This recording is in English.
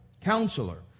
Counselor